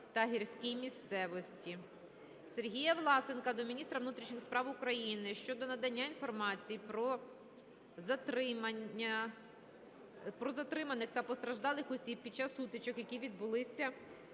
Сергія Власенка до міністра внутрішніх справ України щодо надання інформації про затриманих та постраждалих осіб під час сутичок, які відбулись